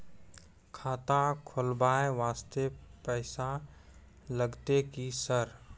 खाता खोलबाय वास्ते पैसो लगते की सर?